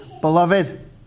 Beloved